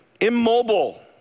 immobile